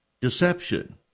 deception